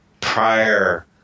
prior